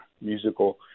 musical